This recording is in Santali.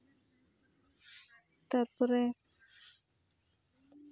ᱛᱟᱨᱯᱚᱨᱮ